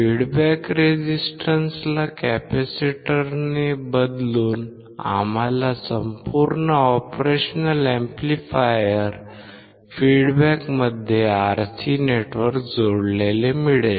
feedback रेझिस्टन्सला कॅपेसिटरने बदलून आम्हाला संपूर्ण ऑपरेशनल अॅम्प्लिफायर फीडबॅकमध्ये RC नेटवर्क जोडलेले मिळेल